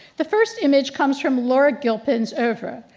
the first image comes from laura gilpin's overa,